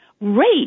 rate